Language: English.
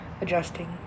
Adjusting